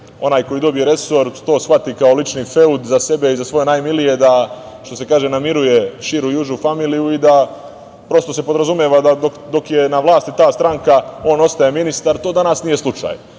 Onaj koji dobije resor, to shvati kao lični feud za sebe i za svoje najmilije da, što se kaže, namiruje širu i užu familiju i da se podrazumeva dok je na vlasti ta stranka on ostaje ministar. To danas nije slučaj.